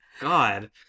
God